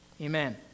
Amen